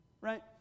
Right